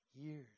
Years